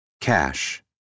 Cash